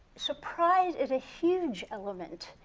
surprise is a huge element.